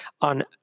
on